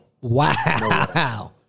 Wow